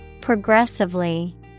Progressively